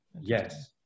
Yes